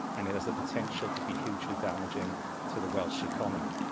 and it has the potential to be hugely damaging to the welsh economy.